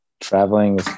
traveling